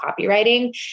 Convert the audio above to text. copywriting